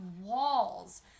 walls